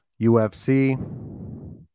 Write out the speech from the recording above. UFC